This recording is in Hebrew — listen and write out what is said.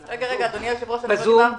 בזום.